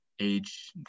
age